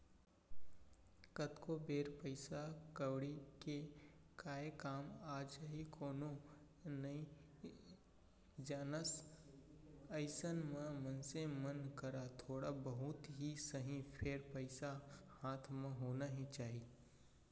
कतको बेर पइसा कउड़ी के काय काम आ जाही कोनो नइ जानय अइसन म मनसे मन करा थोक बहुत ही सही फेर पइसा हाथ म होना ही चाही